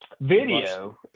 video